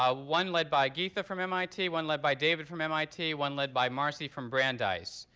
ah one led by geetha from mit, one led by david from mit, one led by marcy from brandeis,